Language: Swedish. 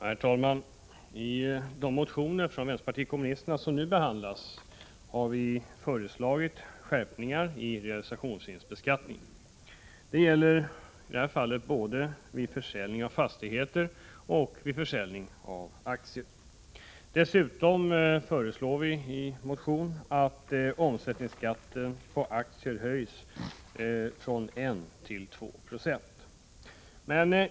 Herr talman! I de motioner från vpk som nu behandlas har vi föreslagit skärpningar av realisationsvinstbeskattningen. Det gäller i det här fallet både vid försäljning av fastigheter och vid försäljning av aktier. Dessutom föreslår vi i en motion att omsättningsskatten på aktier höjs från 1 till 2 96.